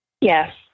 Yes